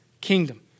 kingdom